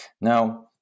Now